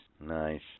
Nice